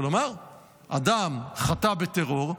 ולומר: אדם חטא בטרור,